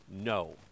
no